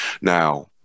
Now